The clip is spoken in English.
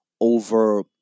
over